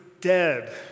dead